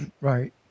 Right